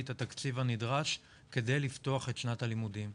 את התקציב הנדרש כדי לפתוח את שנת הלימודים.